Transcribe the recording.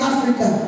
Africa